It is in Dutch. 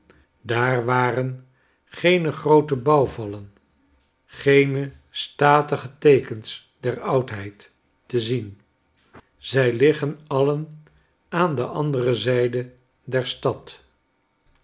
daar waren geene groote bouwvallen geene statige teekens der oudheid te zien zij liggen alien aan de andere zijde der stad